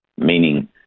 meaning